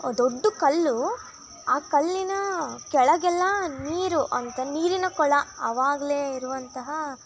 ದೊಡ್ಡ ಕಲ್ಲು ಆ ಕಲ್ಲಿನ ಕೆಳಗೆಲ್ಲ ನೀರು ಅಂತ ನೀರಿನ ಕೊಳ ಆವಾಗಲೇ ಇರುವಂತಹ